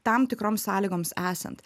tam tikroms sąlygoms esant